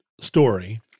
story